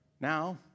Now